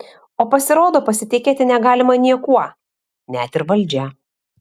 o pasirodo pasitikėti negalima niekuo net ir valdžia